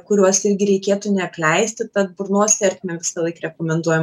kuriuos irgi reikėtų neapleisti tad burnos ertmę visąlaik rekomenduojam